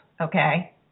okay